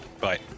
Bye